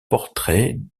portraits